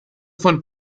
von